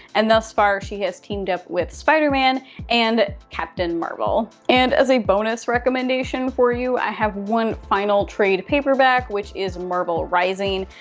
and thus far she has teamed up with spider-man and captain marvel. and as a bonus recommendation for you, i have one final trade paperback, which is marvel rising.